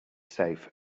safe